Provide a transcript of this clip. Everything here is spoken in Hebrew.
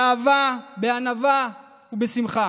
באהבה, בענווה ובשמחה.